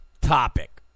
Topic